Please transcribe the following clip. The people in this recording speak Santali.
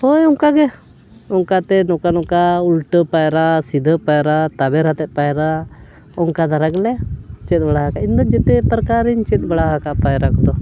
ᱦᱳᱭ ᱚᱱᱠᱟᱜᱮ ᱚᱱᱠᱟᱛᱮ ᱱᱚᱝᱠᱟ ᱱᱚᱝᱠᱟ ᱩᱞᱴᱟᱹ ᱯᱟᱭᱨᱟ ᱥᱤᱫᱷᱟᱹ ᱯᱟᱭᱨᱟ ᱛᱟᱵᱮᱨ ᱟᱛᱮᱫ ᱯᱟᱭᱨᱟ ᱚᱱᱠᱟ ᱫᱷᱟᱨᱟ ᱜᱮᱞᱮ ᱪᱮᱫ ᱵᱟᱲᱟ ᱟᱠᱟᱫᱟ ᱤᱧᱫᱚ ᱡᱚᱛᱚ ᱯᱨᱚᱠᱟᱨᱤᱧ ᱪᱮᱫ ᱵᱟᱲᱟ ᱟᱠᱟᱫᱟ ᱯᱟᱭᱨᱟ ᱠᱚᱫᱚ